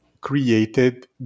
created